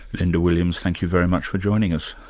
linda williams, thank you very much for joining us.